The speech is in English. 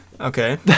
Okay